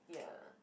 ya